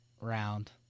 round